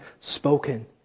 spoken